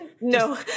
No